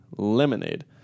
Lemonade